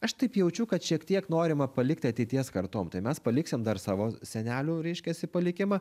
aš taip jaučiu kad šiek tiek norima palikti ateities kartom tai mes paliksim dar savo senelių reiškiasi palikimą